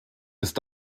ist